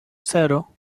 zero